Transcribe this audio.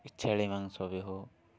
କି ଛେଳି ମାଂସ ବି ହଉ